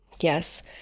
yes